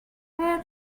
where